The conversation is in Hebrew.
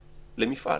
למפעל.